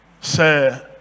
Say